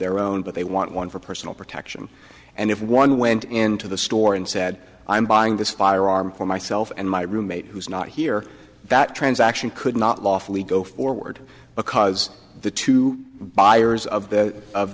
their own but they want one for personal protection and if one went into the store and said i'm buying this firearm for myself and my roommate who is not here that transaction could not lawfully go forward because the two buyers of the of